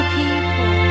people